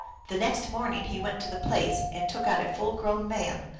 the next morning he went to the place, and took out a full-grown man,